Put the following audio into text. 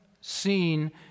seen